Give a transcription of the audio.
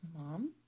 mom